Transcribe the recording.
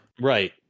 Right